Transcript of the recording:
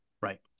right